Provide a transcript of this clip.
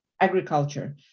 Agriculture